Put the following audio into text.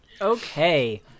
Okay